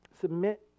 Submit